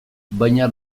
baina